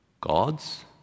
God's